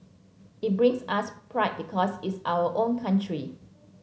it brings us pride because it's our own country